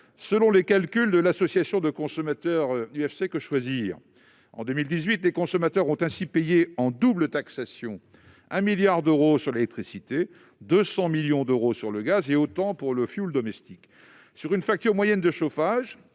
Selon les calculs de l'association UFC-Que Choisir, en 2018, les consommateurs ont payé en double taxation 1 milliard d'euros d'électricité, 200 millions d'euros de gaz et autant pour le fioul domestique. Sur une facture moyenne de chauffage,